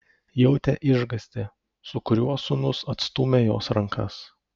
jautė išgąstį su kuriuo sūnus atstūmė jos rankas